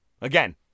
again